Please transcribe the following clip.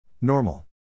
Normal